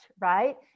right